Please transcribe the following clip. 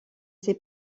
ses